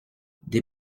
des